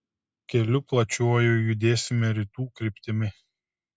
keliu plačiuoju judėsime rytų kryptimi